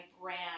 brand